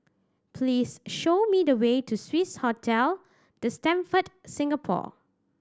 please show me the way to Swissotel The Stamford Singapore